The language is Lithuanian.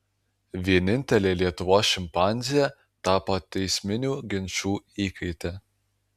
vienintelė lietuvos šimpanzė tapo teisminių ginčų įkaite